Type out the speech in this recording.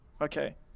Okay